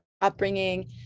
upbringing